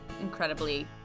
incredibly